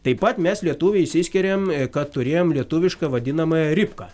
taip pat mes lietuviai išsiskiriam kad turėjom lietuvišką vadinamąją ripką